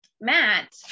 Matt